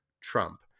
Trump